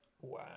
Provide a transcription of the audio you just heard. wow